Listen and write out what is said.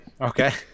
Okay